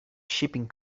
shipping